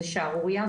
זה שערורייה,